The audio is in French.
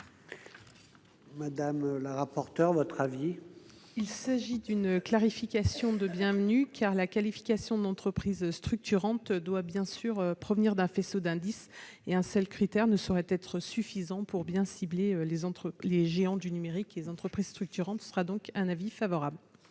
de la commission ? Il s'agit d'une clarification bienvenue, car la qualification d'entreprise structurante doit provenir d'un faisceau d'indices ; un seul critère ne saurait être suffisant pour bien cibler les géants du numérique, les entreprises structurantes. La commission émet donc un avis favorable